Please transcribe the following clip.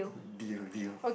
deal deal